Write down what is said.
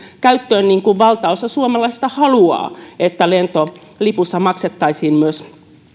käyttöön niin kuin valtaosa suomalaisista haluaa että lentolipussa maksettaisiin myös